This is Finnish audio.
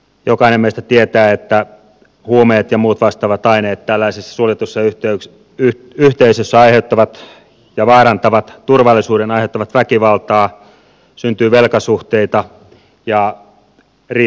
jokainen meistä tietää että huumeet ja muut vastaavat aineet tällaisessa suljetussa yhteisössä vaarantavat turvallisuuden aiheuttavat väkivaltaa syntyy velkasuhteita ja riippuvuuksia